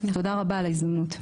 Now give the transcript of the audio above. תודה רבה על ההזדמנות.